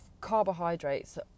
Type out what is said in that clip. carbohydrates